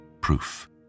proof